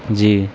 جی